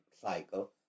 cycle